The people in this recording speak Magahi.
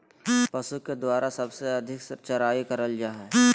पशु के द्वारा सबसे अधिक चराई करल जा हई